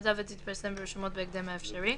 נתינתה ותתפרסם ברשומות בהקדם האפשרי,